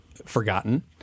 Forgotten